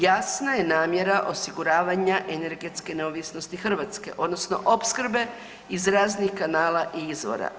Jasna je namjera osiguravanja energetske neovisnosti Hrvatske odnosno opskrbe iz raznih kanala i izvora.